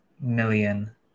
million